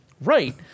Right